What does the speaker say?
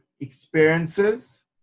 experiences